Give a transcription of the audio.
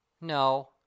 No